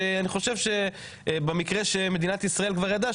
שאני חושב שבמקרה שמדינת ישראל כבר ידעה,